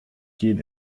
gel